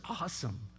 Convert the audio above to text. awesome